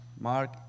Mark